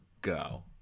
go